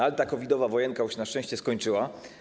Ale ta COVID-owa wojenka już się na szczęście skończyła.